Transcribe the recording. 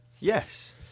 Yes